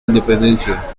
independencia